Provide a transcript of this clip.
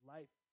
Life